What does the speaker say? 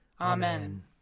Amen